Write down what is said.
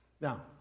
Now